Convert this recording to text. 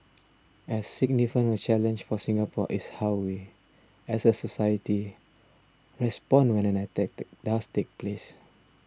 as significant a challenge for Singapore is how we as a society respond when an attack does take place